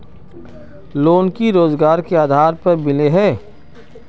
Loan की रोजगार के आधार पर मिले है?